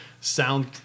sound